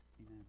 Amen